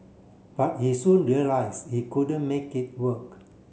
but he soon realise he couldn't make it work